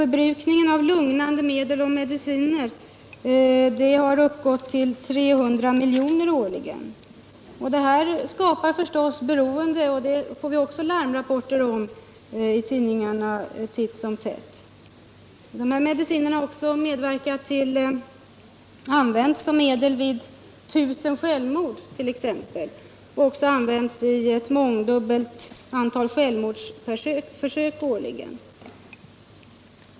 Förbrukningen av lugnande medel och mediciner har uppgått till 300 milj.kr. årligen. Detta skapar ett beroende, om vilket vi får larmrapporter i tidningarna. Medicinerna har också använts som medel vid tusentalet självmord och i ett mångdubbelt antal självmordsförsök årligen.